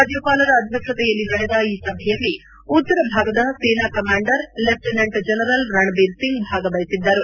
ರಾಜ್ಜಪಾಲರ ಅಧ್ಯಕ್ಷತೆಯಲ್ಲಿ ನಡೆದ ಈ ಸಭೆಯಲ್ಲಿ ಉತ್ತರ ಭಾಗದ ಸೇನಾ commander lieutenant general Ranbir Singh ಭಾಗವಹಿಸಿದ್ದರು